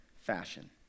fashion